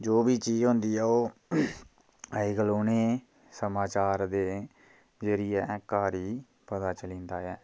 जो बी चीज होंदी ऐ ओह् अज्ज कल उ'नें समाचार दे जेह्ड़ी ऐ घर ई पता चली जंदा ऐ